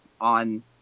on